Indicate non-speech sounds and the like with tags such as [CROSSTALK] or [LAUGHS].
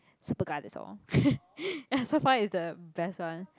Superga that's all [LAUGHS] ya so far is the best one